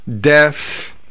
deaths